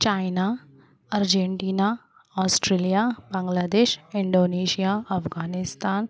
China Argentina Australia Bangladesh Indonesia Afghanistan